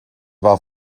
war